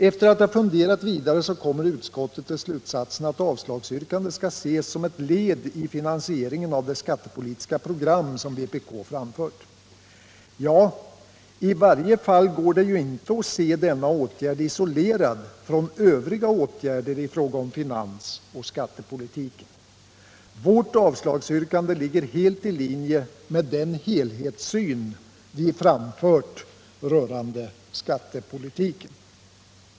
Efter att ha funderat vidare kommer utskottet till slutsatsen att avslagsyrkandet skall ses som ett led i finansieringen av de skattepolitiska program som vpk framfört. Ja, i varje fall går det ju inte att se denna åtgärd isolerad från övriga åtgärder i fråga om finansoch skattepolitiken. Vårt avslagsyrkande ligger helt i linje med den helhetssyn vi framfört rörande skattepolitiken.